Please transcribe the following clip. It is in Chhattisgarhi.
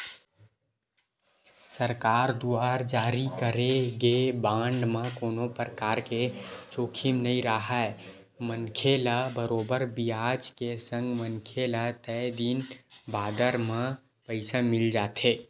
सरकार दुवार जारी करे गे बांड म कोनो परकार के जोखिम नइ राहय मनखे ल बरोबर बियाज के संग मनखे ल तय दिन बादर म पइसा मिल जाथे